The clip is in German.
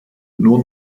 nur